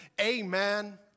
amen